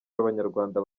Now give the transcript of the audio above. b’abanyarwanda